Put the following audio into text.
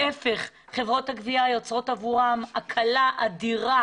חברות הגבייה יוצרות עבורן הקלה אדירה